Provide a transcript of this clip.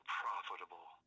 profitable